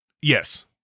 Yes